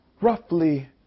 roughly